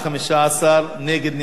בעד, 15, נגד ונמנעים, אין.